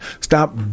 Stop